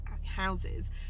houses